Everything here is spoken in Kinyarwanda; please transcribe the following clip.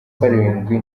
karindwi